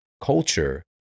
culture